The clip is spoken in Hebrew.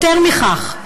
יותר מכך,